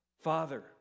Father